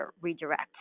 redirect